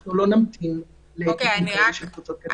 אנחנו לא נמתין להיקפים כאלה של קבוצות כדי לפתוח סדנאות.